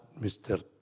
Mr